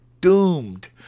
doomed